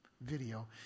video